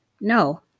No